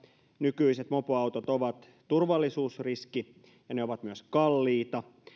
nykyiset mopoautot ovat turvallisuusriski ja ne ovat myös kalliita